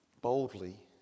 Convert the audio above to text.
boldly